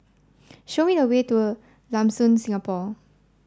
show me the way to Lam Soon Singapore